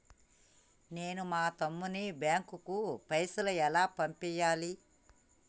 నేను మా తమ్ముని బ్యాంకుకు పైసలు ఎలా పంపియ్యాలి?